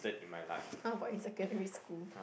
how about in secondary school